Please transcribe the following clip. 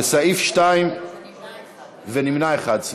ונמנע אחד.